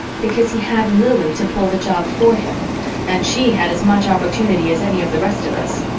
because he had lili to pull the job for him and she had as much opportunity as any of the rest of us.